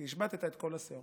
כי השבתת את כל השאור.